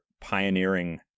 pioneering